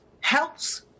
helps